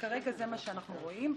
כנסת נכבדה,